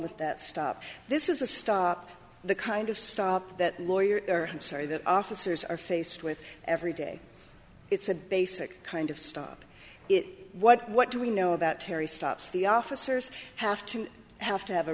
with that stop this is a stop the kind of stop that lawyer i'm sorry that officers are faced with every day it's a basic kind of stop it what do we know about terry stops the officers have to have to have a